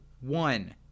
one